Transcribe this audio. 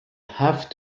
have